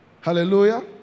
Hallelujah